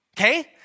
Okay